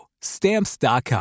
Stamps.com